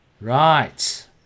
Right